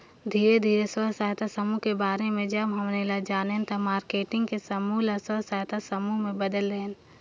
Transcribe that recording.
धीरे धीरे स्व सहायता समुह के बारे में जब हम ऐला जानेन त मारकेटिंग के समूह ल स्व सहायता समूह में बदेल देहेन